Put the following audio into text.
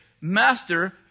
Master